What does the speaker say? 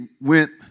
went